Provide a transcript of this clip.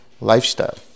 lifestyle